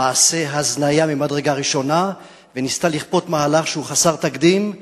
מעשה הזניה ממדרגה ראשונה וניסתה לכפות מהלך שהוא חסר תקדים.